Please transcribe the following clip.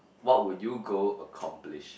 what would you go accomplish